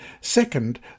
Second